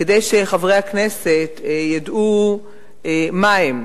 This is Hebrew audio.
כדי שחברי הכנסת ידעו מה הם.